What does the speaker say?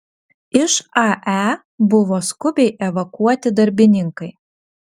iš ae buvo skubiai evakuoti darbininkai